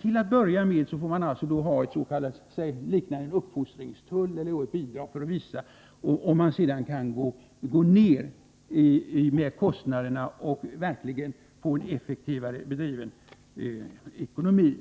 Till att Nr 68 börja med får man alltså ha någonting liknande en uppfostringstull eller ett Måndagen den bidrag, och sedan får de privata företagarna visa om de kan få ner 30 januari 1984 kostnaderna och verkligen få en effektivare bedriven verksamhet.